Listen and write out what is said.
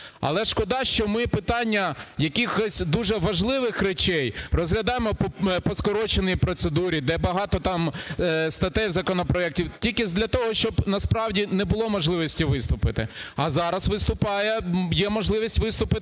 Але шкода, що ми питання якихось дуже важливих речей розглядаємо по скороченій процедурі, де багато там статей в законопроекті, тільки для того, щоб насправді не було можливості виступити. А зараз виступає, є можливість виступити